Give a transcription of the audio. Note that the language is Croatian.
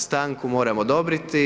Stanku moram odobriti.